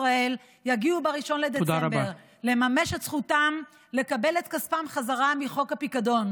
ישראל יגיעו ב-1 בדצמבר לממש את זכותם לקבל את כספם חזרה מחוק הפיקדון,